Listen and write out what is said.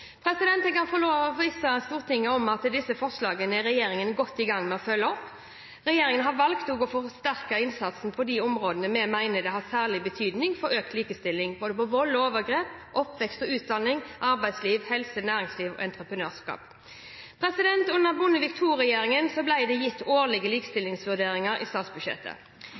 Jeg vil få forvisse Stortinget om at disse forslagene er regjeringen godt i gang med å følge opp. Regjeringen har også valgt å forsterke innsatsen på de områdene vi mener har særlig betydning for økt likestilling: vold og overgrep, oppvekst og utdanning, arbeidsliv, helse, næringsliv og entreprenørskap. Under Bondevik II-regjeringen ble det gitt årlige likestillingsvurderinger i statsbudsjettet.